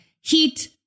heat